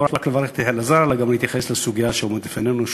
לא רק כדי לברך את אלעזר אלא גם כדי להתייחס לסוגיה שעומדת בפנינו,